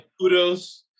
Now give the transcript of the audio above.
kudos –